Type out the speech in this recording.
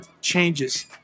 changes